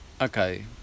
Okay